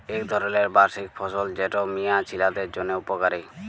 ইক ধরলের বার্ষিক ফসল যেট মিয়া ছিলাদের জ্যনহে উপকারি